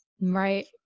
Right